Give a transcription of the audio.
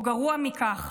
או גרוע מכך,